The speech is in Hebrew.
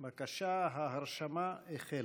בבקשה, ההרשמה החלה.